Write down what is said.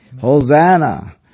Hosanna